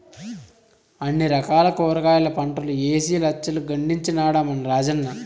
అన్ని రకాల కూరగాయల పంటలూ ఏసి లచ్చలు గడించినాడ మన రాజన్న